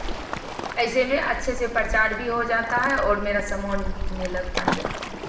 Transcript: ऐसे में अच्छे से प्रचार भी हो जाता है और मेरा सामान भी बिकने लगता है